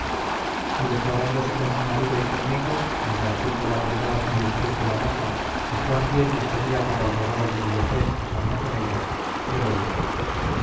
y declarándose con su marido y conmigo encareciendo la bondad y virtud de la moza y cuan bien me estaría para el regalo de mi vejez casarme con ella yo le dije